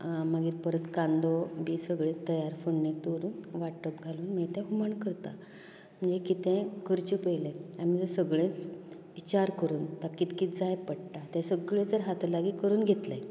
मागीर परत कांदो बी सगले तयार फोडणेंक दवरून वाटप घालून मागीर तें हुमण करता आनी कितेंय करचे पयलीं आमी सगलेच विचार करून ताका कित कित जाय पडटा तें सगलें जर हाता लागी जर करून घेतलें